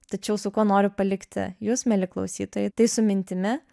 tačiau su kuo noriu palikti jus mieli klausytojai tai su mintimi